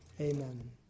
amen